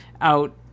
out